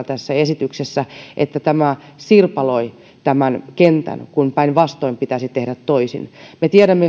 tässä esityksessä että tämä sirpaloi kentän kun päinvastoin pitäisi tehdä toisin me tiedämme